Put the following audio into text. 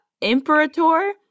Imperator